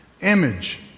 Image